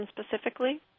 specifically